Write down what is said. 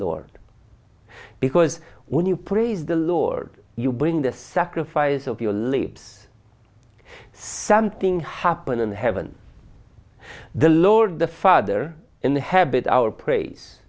lord because when you praise the lord you bring the sacrifice of your lives something happened in the heavens the lord the father in the habit our praise